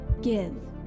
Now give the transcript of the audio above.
Give